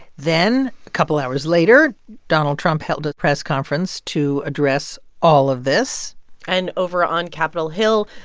then a couple hours later, donald trump held a press conference to address all of this and over on capitol hill,